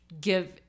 give